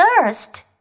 thirst